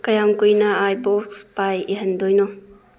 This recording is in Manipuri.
ꯀꯌꯥꯝ ꯀꯨꯏꯅ ꯑꯥꯏ ꯕꯣꯛꯁ ꯄꯥꯏ ꯏꯍꯟꯗꯣꯏꯅꯣ